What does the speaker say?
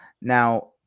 Now